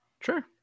sure